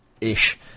Ish